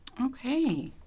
Okay